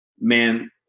man